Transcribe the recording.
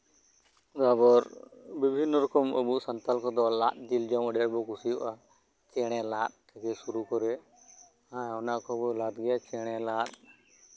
ᱟᱵᱟᱨ ᱵᱤᱵᱷᱤᱱᱱᱚ ᱨᱚᱠᱚᱢ ᱟᱵᱚ ᱥᱟᱱᱛᱟᱞ ᱠᱚᱫᱚ ᱞᱟᱫ ᱡᱤᱞ ᱡᱚᱢ ᱵᱚᱱ ᱠᱩᱥᱤᱭᱟᱜᱼᱟ ᱪᱮᱬᱮ ᱞᱟᱫ ᱛᱷᱮᱠᱮ ᱥᱩᱨᱩ ᱠᱚᱨᱮ ᱦᱮᱸ ᱚᱱᱟ ᱠᱚᱵᱚ ᱞᱟᱫ ᱜᱮᱭᱟ ᱪᱮᱬᱮ ᱞᱟᱫ